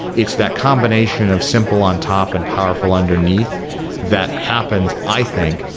it's that combination of simple on top and powerful underneath that happens, i think,